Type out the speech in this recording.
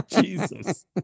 Jesus